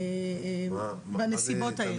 בנסיבות האלה.